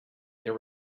there